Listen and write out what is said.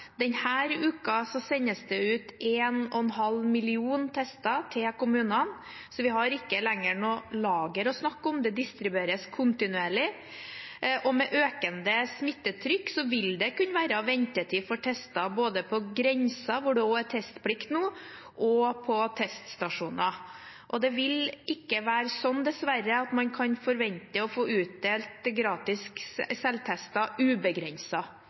sendes det ut 1,5 millioner tester til kommunene. Så vi har ikke lenger noe lager å snakke om, det distribueres kontinuerlig. Med økende smittetrykk vil det kunne være ventetid for tester både på grensen, hvor det er testplikt nå, og på teststasjoner. Det vil dessverre ikke være sånn at man kan forvente å få utdelt gratis selvtester ubegrenset. Det er det også viktig å være ærlig på. Én ting er selvtester